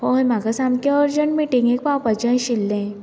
हय म्हाका सामकें अर्जंट मिटिंगेंक पावपाचें आशिल्लें